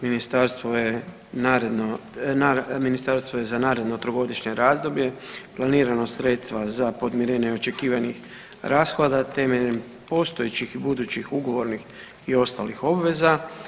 Ministarstvo je za naredno trogodišnje razdoblje planiralo sredstva za podmirenje očekivanih rashoda temeljem postojećih i budućih ugovornih i ostalih obveza.